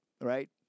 right